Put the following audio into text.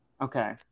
Okay